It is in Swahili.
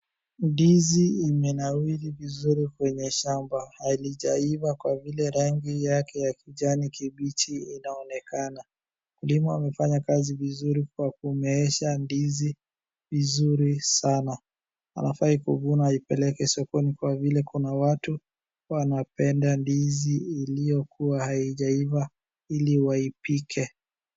Ndizi limenawiri vizuri kwenye shamba. Halijaiva kwa vile rangi yake ya kijani kibichi inaonekana. Mkulima amefanya kazi vizuri Kwa kumeesha ndizi vizuri sana. Anafa kuvuna aipeleke sokoni kwa vile kuna watu wanapenda ndizi ambayo hijaiva ili waipike.